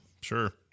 Sure